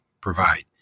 provide